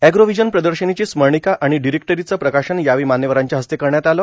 एग्रोव्हीजन प्रदर्शनीची स्मरणिका आणि डिरेक्टरीचे प्रकाशन यावेळी मान्यवरांच्या हस्ते करण्यात आलं